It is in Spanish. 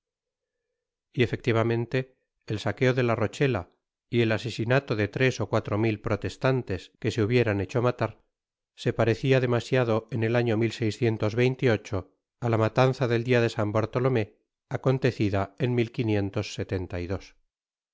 uvamente el saqueode k rochela y el asesinatq de tres ó cuatro mil protestantes que se hubieran hecho matar se parecia demasiado en el año á la matanza del dia de san bartolomé acaecida en